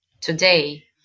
today